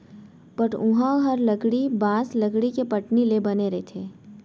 पटउहॉं हर लकड़ी, बॉंस, लकड़ी के पटनी ले बने रथे